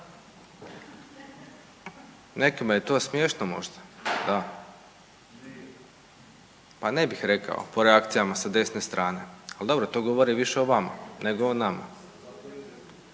Ne razumije se./… pa ne bih rekao po reakcijama sa desne strane, ali dobro to govori više o vama nego o nama